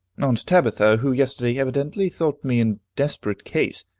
aunt tabitha, who yesterday evidently thought me in desperate case,